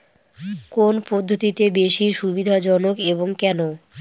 কোন পদ্ধতি বেশি সুবিধাজনক এবং কেন?